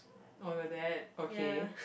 oh your dad okay